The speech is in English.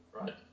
right